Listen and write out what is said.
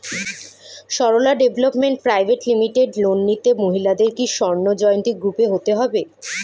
Sarala development private limited loan নিতে মহিলাদের কি স্বর্ণ জয়ন্তী গ্রুপে হতে হবে?